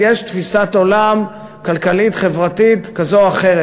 יש תפיסת עולם כלכלית-חברתית כזו או אחרת.